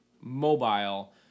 mobile